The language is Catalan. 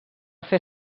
fer